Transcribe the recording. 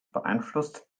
beeinflusst